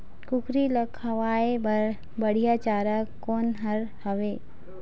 कुकरी ला खवाए बर बढीया चारा कोन हर हावे?